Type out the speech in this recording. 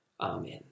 Amen